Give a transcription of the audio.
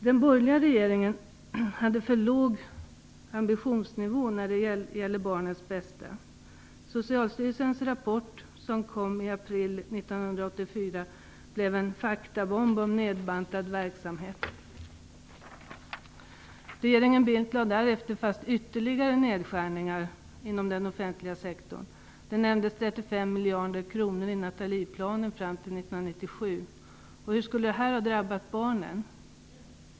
Den borgerliga regeringen hade för låg ambitionsnivå när det gäller barnens bästa. Socialstyrelsens rapport, som kom i april 1994, blev en "faktabomb" om nedbantad verksamhet. Regeringen Bildt lade därefter fast ytterligare nedskärningar inom den offentliga sektorn - i miljarder kronor fram till 1997. Hur skulle det ha drabbat barnen?